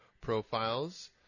profiles